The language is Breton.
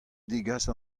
degas